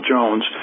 Jones